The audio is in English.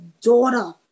daughter